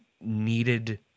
needed